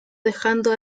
dejando